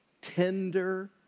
tender